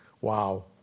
Wow